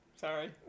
Sorry